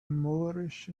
moorish